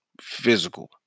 physical